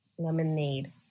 Lemonade